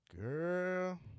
Girl